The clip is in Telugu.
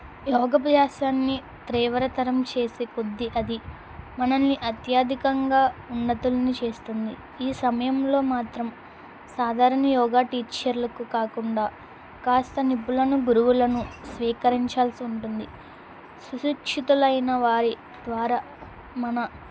యోగబ్యాసన్ని త్రీవ్రతనం చేసే కొద్ది అది మనల్ని అత్యధికంగా ఉన్నతులను చేస్తుంది ఈ సమయంలో మాత్రం సాధారణ యోగా టీచర్లకు కాకుండా కాస్త నిపులను గురువులను స్వీకరించాల్సి ఉంటుంది సుసిచ్చుతులైన వారి ద్వారా మన